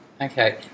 Okay